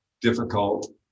difficult